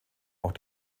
auch